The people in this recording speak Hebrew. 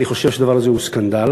אני חושב שהדבר הזה הוא סקנדל.